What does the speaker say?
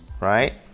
right